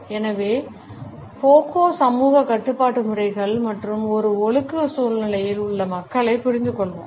எனவே ஃபோக்கோ சமூக கட்டுப்பாட்டு முறைகள் மற்றும் ஒரு ஒழுக்க சூழ்நிலையில் உள்ள மக்களைப் புரிந்துகொள்வார்